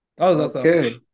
Okay